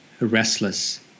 restless